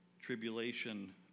tribulation